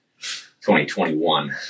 2021